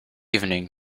evening